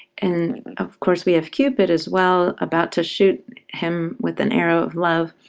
and of course we have cupid as well, about to shoot him with an arrow of love,